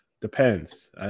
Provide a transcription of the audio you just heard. Depends